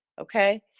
Okay